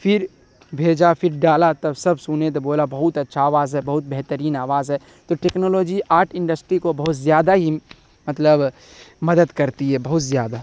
پھر بھیجا پھر ڈالا تب سب سنے تو بولا بہت اچھا آواز ہے بہت بہترین آواز ہے تو ٹیکنالوجی آرٹ انڈسٹری کو بہت زیادہ ہی مطلب مدد کرتی ہے بہت زیادہ